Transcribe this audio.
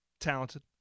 Talented